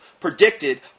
predicted